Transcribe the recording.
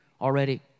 already